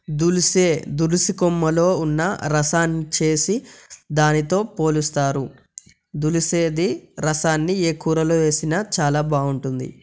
దుల్సే దులుసుకోమ్మలో ఉన్న రసం చేసి దానితో పోలుస్తారు దులిసేది రసాన్ని ఏ కూరలో వేసినా చాలా బాగుంటుంది